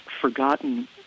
forgotten